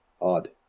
odd